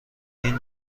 این